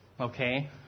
okay